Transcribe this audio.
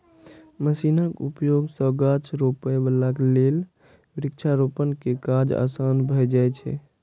मशीनक उपयोग सं गाछ रोपै बला लेल वृक्षारोपण के काज आसान भए जाइ छै